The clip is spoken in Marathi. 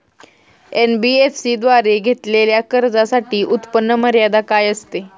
एन.बी.एफ.सी द्वारे घेतलेल्या कर्जासाठी उत्पन्न मर्यादा काय असते?